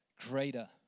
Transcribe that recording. greater